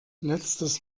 letztes